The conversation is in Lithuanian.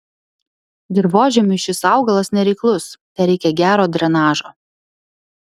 dirvožemiui šis augalas nereiklus tereikia gero drenažo